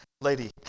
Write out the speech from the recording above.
lady